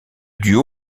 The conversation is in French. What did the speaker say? duo